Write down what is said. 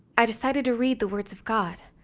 i decided to read the words of god.